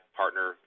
partner